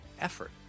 effort